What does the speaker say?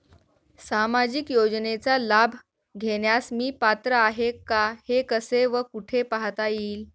सामाजिक योजनेचा लाभ घेण्यास मी पात्र आहे का हे कसे व कुठे पाहता येईल?